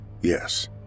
Yes